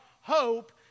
hope